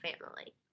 family